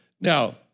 Now